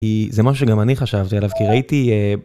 כי... זה משהו שגם אני חשבתי עליו, כי ראיתי... אה...